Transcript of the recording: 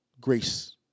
Grace